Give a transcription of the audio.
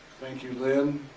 thank you, lynn.